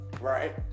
right